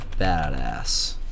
badass